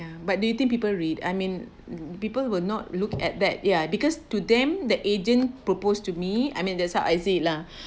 but do you think people read I mean people will not look at that ya because to them the agent proposed to me I mean that's how I see it lah